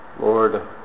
Lord